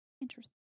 Interesting